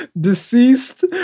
Deceased